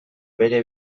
bere